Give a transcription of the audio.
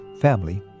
Family